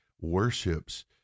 worships